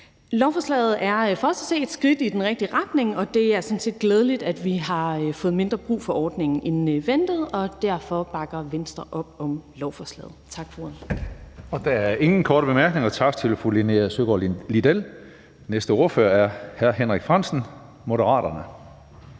Lovforslaget er for os at se et skridt i den rigtige retning, og det er sådan set glædeligt, at vi har fået mindre brug for ordningen end ventet, og derfor bakker Venstre op om lovforslaget.